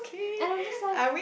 and I'm just like